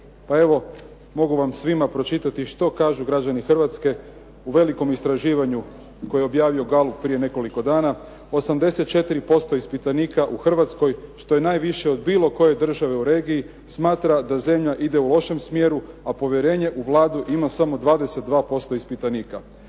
Pa evo mogu vam svima pročitati što kažu građani Hrvatske u velikom istraživanju koji je objavio …/Govornik se ne razumije./… prije nekoliko dana, 84% ispitanika u Hrvatskoj što je najviše od bilo koje države u regiji smatra da zemlja ide u lošem smjeru, a povjerenje u Vladu ima samo 22% ispitanika.